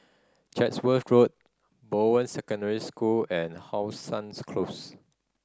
Chatsworth Road Bowen Secondary School and How Suns Close